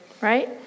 right